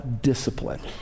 discipline